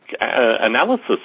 analysis